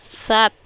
सात